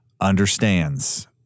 understands